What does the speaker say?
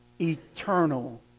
eternal